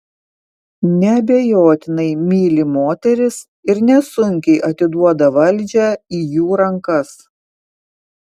neabejotinai myli moteris ir nesunkiai atiduoda valdžią į jų rankas